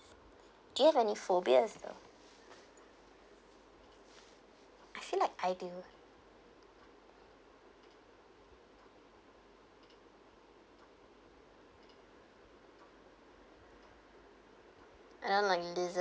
do you have any phobias though I feel like I do I don't like lizards